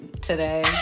today